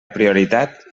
prioritat